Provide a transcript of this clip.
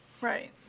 Right